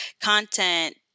content